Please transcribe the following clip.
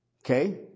Okay